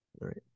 Right